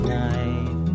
night